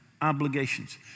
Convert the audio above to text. obligations